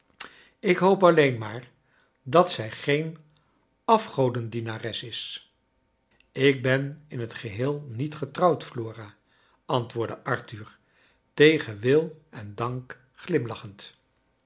ik hoop alleen maar dat zij geen afgodendienares is ik ben in het geheel niet getrouwd flora antwoordde arthur tegen wil en dank glimlachend